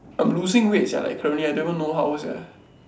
I'm losing weight sia like currently I don't even know how sia